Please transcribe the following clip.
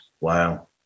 Wow